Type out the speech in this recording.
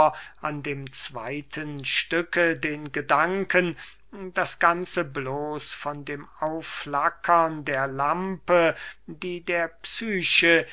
an dem zweyten stücke den gedanken das ganze bloß von dem aufflackern der lampe die der psyche